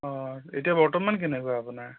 অঁ এতিয়া বৰ্তমান কেনেকুৱা আপোনাৰ